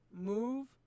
move